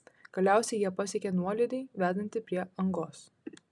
galiausiai jie pasiekė nuolydį vedantį prie angos